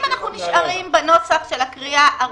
אם אנחנו נשארים בנוסח של הקריאה הראשונה,